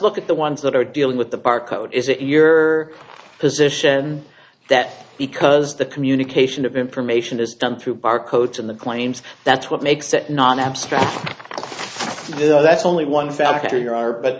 look at the ones that are dealing with the barcode is it your position that because the communication of information is done through bar codes in the claims that's what makes it not abstract though that's only one factor your are but